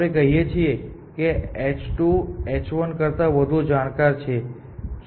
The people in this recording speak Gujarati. આપણે કહીએ કે h2 h1 કરતા વધુ જાણકાર છે